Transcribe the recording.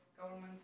Government